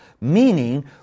meaning